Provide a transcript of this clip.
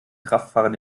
kraftfahrer